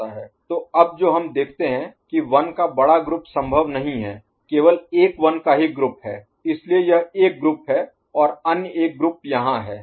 तो अब जो हम देखते हैं कि 1 का बड़ा ग्रुप संभव नहीं है केवल एक 1 का ही ग्रुप हैं इसलिए यह एक ग्रुप है और अन्य एक ग्रुप यहाँ है